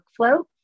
Workflow